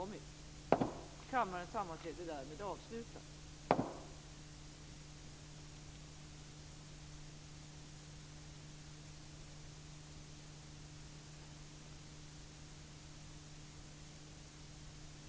Men det är sådant som vi tittar på.